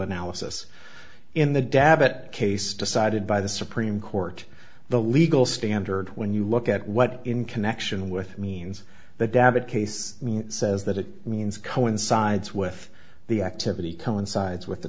analysis in the dab at case decided by the supreme court the legal standard when you look at what in connection with means the debit case says that it means coincides with the activity coincides with the